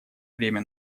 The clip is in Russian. время